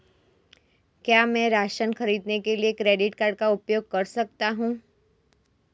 क्या मैं राशन खरीदने के लिए क्रेडिट कार्ड का उपयोग कर सकता हूँ?